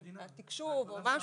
התקשוב או משהו.